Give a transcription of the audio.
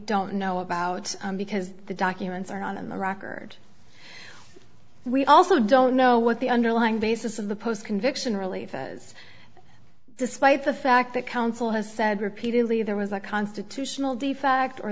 don't know about because the documents are not in the record we also don't know what the underlying basis of the post conviction relief is despite the fact that counsel has said repeatedly there was a constitutional de facto or